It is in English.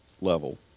level